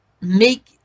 make